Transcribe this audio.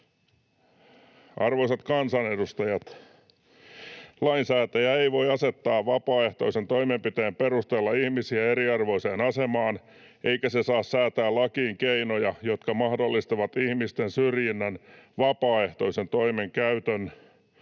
Arvoisat kansanedustajat! Lainsäätäjä ei voi asettaa vapaaehtoisen toimenpiteen perusteella ihmisiä eriarvoiseen asemaan, eikä se saa säätää lakiin keinoja, jotka mahdollistavat ihmisten syrjinnän vapaaehtoisen toimen käytön